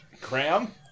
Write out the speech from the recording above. Cram